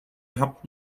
gehabt